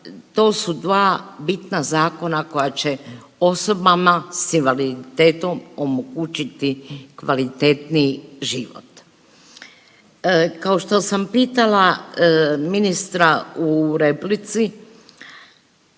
to su dva bitna zakona koja će osoba s invaliditetom omogućiti kvalitetniji život. Kao što sam pitala ministra u replici